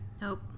Nope